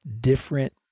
different